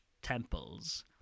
temples